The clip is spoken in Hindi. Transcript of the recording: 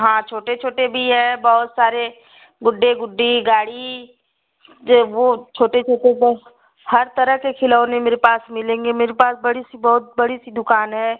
हाँ छोटे छोटे भी हैं बहुत सारे गुड्डे गुड्डी गाड़ी ये वो छोटे छोटे बस हर तरह के खिलौने मेरे पास मिलेंगे मेरे पास बड़ी सी बहुत बड़ी सी दुकान है